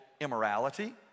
immorality